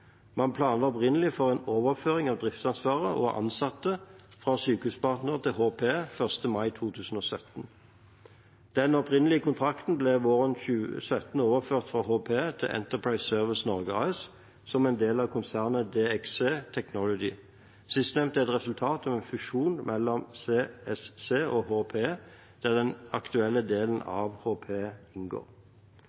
Man planla opprinnelig for en overføring av driftsansvaret og ansatte fra Sykehuspartner til HPE 1. mai 2017. Den opprinnelige kontrakten ble våren 2017 overført fra HPE til Enterprise Services Norge AS, som er en del av konsernet DXC Technology. Sistnevnte er resultatet av en fusjon mellom CSC og HPE, der den aktuelle delen